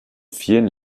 vielen